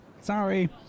Sorry